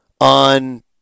on